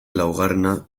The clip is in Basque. laugarrena